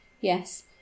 Yes